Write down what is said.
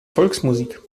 volksmusik